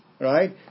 right